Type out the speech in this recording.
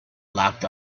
locked